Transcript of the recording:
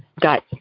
got